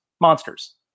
monsters